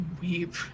weep